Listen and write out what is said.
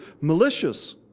malicious